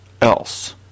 else